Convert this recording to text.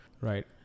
Right